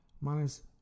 minus